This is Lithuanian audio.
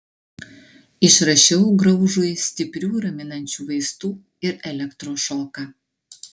išrašiau graužui stiprių raminančių vaistų ir elektros šoką